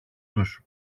τους